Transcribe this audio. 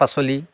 পাচলি